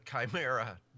chimera